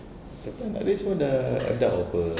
pun dah adult [pe]